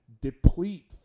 deplete